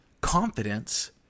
confidence